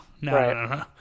no